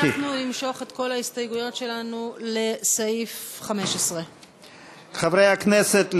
אנחנו נמשוך את כל ההסתייגויות שלנו לסעיף 15. חברי הכנסת,